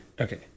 Okay